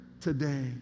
today